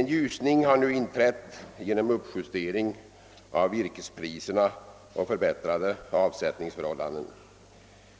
En ljusning har nu inträtt genom uppjustering av virkespriserna och förbättrade avsättningsförhållanden.